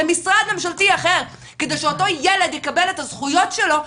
למשרד ממשלתי אחר כדי שאותו ילד יקבל את הזכויות שלו,